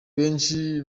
benshi